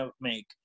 make